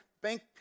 bank